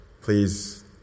Please